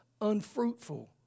unfruitful